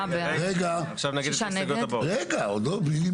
הצבעה בעד 4 נגד 6 נמנעים 1 לא אושר.